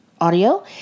audio